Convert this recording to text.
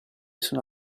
sono